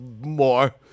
more